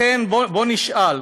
לכן, בואו נשאל,